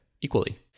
equally